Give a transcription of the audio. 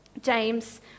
James